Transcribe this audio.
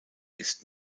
ist